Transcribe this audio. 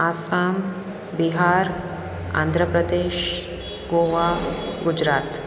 Assam Bihar Andhra Pradesh Goa Gujarat